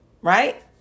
right